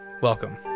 welcome